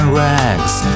rags